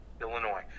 illinois